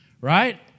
Right